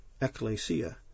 ecclesia